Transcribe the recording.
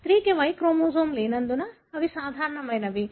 స్త్రీకి Y chromosome లేనందున అవి సాధారణమైనవి